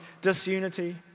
disunity